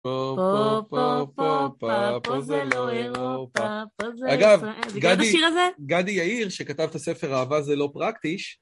פה, פה, פה, פה, פה, פה, פה זה לא אירופה, פה זה ישראל. אגב, גדי... מכיר את השיר הזה? גדי יאיר, שכתב את הספר אהבה זה לא פרקטיש.